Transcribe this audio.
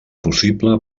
possible